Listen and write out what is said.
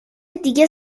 دیگه